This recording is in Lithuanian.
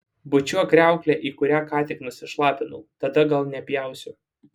bučiuok kriauklę į kurią ką tik nusišlapinau tada gal nepjausiu